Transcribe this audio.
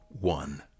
one